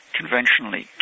conventionally